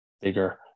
bigger